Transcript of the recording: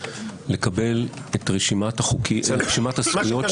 לקבל את רשימת הזכויות -- מה שקארין ביקשה.